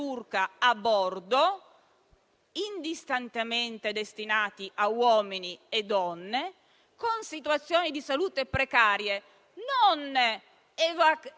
accertate dai medici che salirono a bordo e poi successivamente verificate anche dal procuratore della Repubblica di Agrigento. Si trattava cioè di un